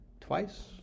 twice